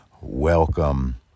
welcome